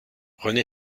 rené